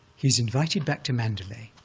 he's invited back to mandalay.